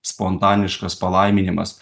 spontaniškas palaiminimas